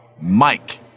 Mike